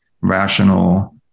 rational